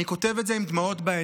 אני כותב את זה עם דמעות בעיניים.